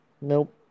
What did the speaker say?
Nope